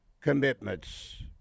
commitments